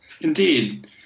indeed